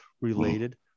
related